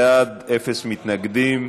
28 בעד, אין מתנגדים.